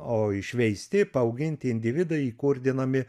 o išveisti paauginti individai įkurdinami